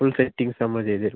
full settings നമ്മൾ ചെയ്തുതരും